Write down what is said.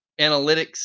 analytics